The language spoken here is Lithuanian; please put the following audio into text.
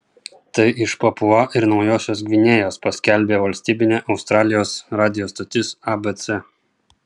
tai iš papua ir naujosios gvinėjos paskelbė valstybinė australijos radijo stotis abc